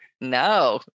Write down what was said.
No